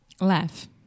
Laugh